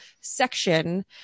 section